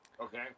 Okay